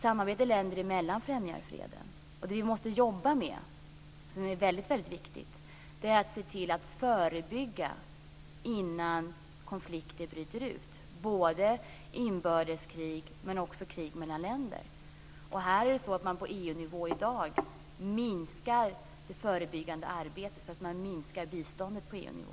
Samarbete länder emellan främjar freden. Det vi måste jobba med, som är väldigt viktigt, är att se till att förebygga innan konflikter bryter ut när det gäller både inbördeskrig och krig mellan länder. I dag minskar man på EU nivå det förebyggande arbetet därför att man minskar biståndet på EU-nivå.